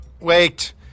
Wait